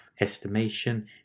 estimation